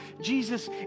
Jesus